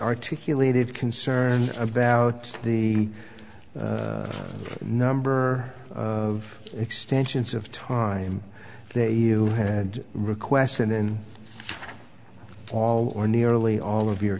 rticulated concern about the number of extensions of time they had requested in all or nearly all of your